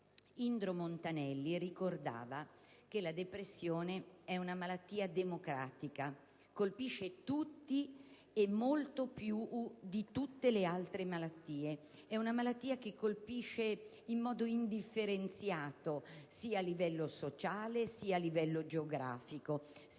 Indro Montanelli ricordava che la depressione «è una malattia democratica: colpisce tutti» e molto più di tutte le altre malattie. È una malattia che colpisce in modo indifferenziato dal punto di vista sociale e geografico, nonché in relazione